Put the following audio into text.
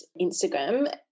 Instagram